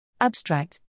Abstract